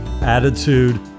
attitude